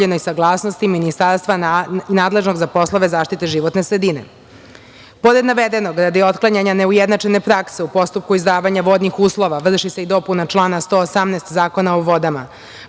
pribavljenoj saglasnosti ministarstva nadležnog za poslove zaštite životne sredine. Pored navedenog, radi otklanjanja neujednačene prakse u postupku izdavanja vodnih uslova, vrši se i dopuna člana 118. Zakona o vodama.